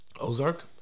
Ozark